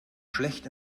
schlecht